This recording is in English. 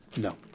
No